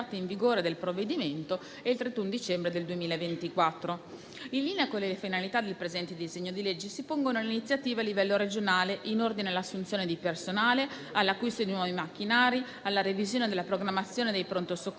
In linea con le finalità del presente disegno di legge si pongono le iniziative a livello regionale in ordine all'assunzione di personale, all'acquisto di nuovi macchinari, alla revisione della programmazione dei pronto soccorso